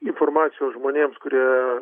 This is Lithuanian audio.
informacijos žmonėms kurie